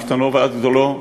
מקטנו ועד גדולו,